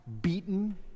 beaten